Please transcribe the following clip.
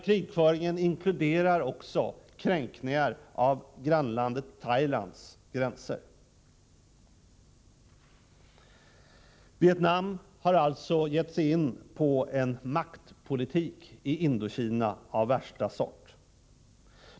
Krigföringen inkluderar också kränkningar av grannlandet Thailands gränser. Vietnam har alltså gett sig in på en maktpolitik i Indokina av värsta sort.